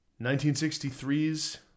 1963's